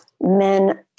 men